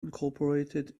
incorporated